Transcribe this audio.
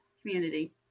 community